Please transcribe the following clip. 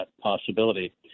possibility